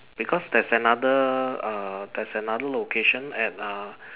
because there's another err there's another location at uh